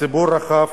הציבור הרחב